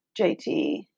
JT